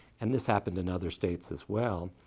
and this happened in other states, as well.